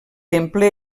temple